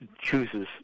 chooses